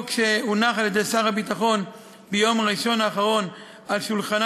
שהונח על-ידי שר הביטחון ביום ראשון האחרון על שולחנה